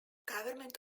government